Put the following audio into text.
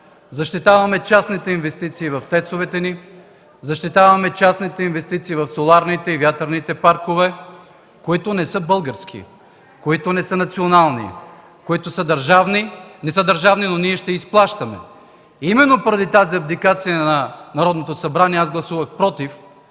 защитаваме частните инвестиции в тецовете ни, защитаваме частните инвестиции в соларните и вятърните паркове, които не са български, които не са национални, които не са държавни, но ние ще изплащаме. Именно поради тази абдикация на Народното събрание аз гласувах „против”.